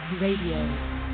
Radio